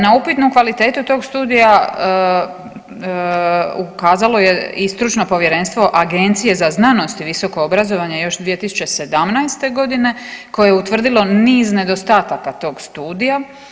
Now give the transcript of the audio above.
Na upitnu kvalitetu tog studija ukazalo je i stručno povjerenstvo Agencije za znanost i visoko obrazovanje još 2017. godine koje je utvrdilo niz nedostataka tog studija.